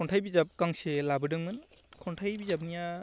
खन्थाइ बिजाब गांसे लाबोदोंमोन खन्थाइ बिजाबनिया